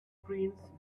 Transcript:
prince